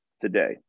today